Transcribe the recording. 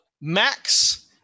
Max